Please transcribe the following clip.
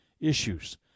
issues